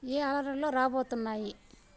ఏ అలారంలు రాబోతున్నాయి